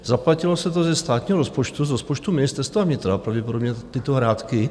Zaplatilo se to ze státního rozpočtu, z rozpočtu Ministerstva vnitra, pravděpodobně, tyto hrátky.